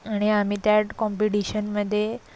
आणि आम्ही त्यात कॉम्पिडिशनमध्ये